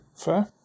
fair